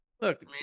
Look